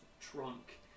trunk